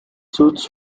suits